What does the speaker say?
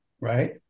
right